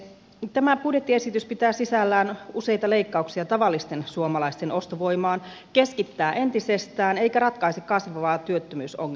tämä budjettiesitys pitää sisällään useita leikkauksia tavallisten suomalaisten ostovoimaan keskittää entisestään eikä ratkaise kasvavaa työttömyysongelmaa